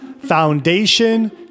Foundation